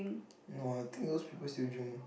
no ah think those people still drink